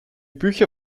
bücher